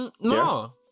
no